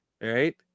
right